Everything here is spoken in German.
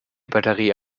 batterie